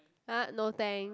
ah no thanks